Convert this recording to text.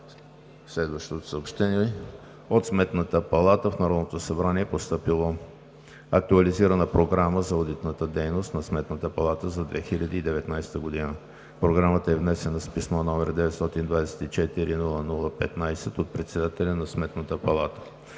по отбрана. От Сметната палата в Народното събрание е постъпила Актуализирана програма за одитната дейност на Сметната палата за 2019 г. Програмата е внесена с писмо, № 924-00-15, от Председателя на Сметната палата.